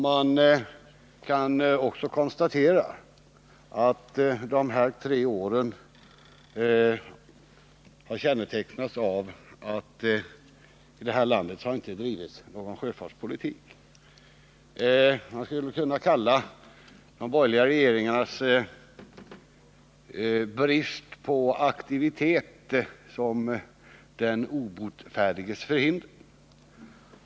Man kan också konstatera att de här åren har kännetecknats av att det inte drivits någon sjöfartspolitik i landet. Man skulle kunna kalla de borgerliga regeringarnas brist på aktivitet för den obotfärdiges förhinder.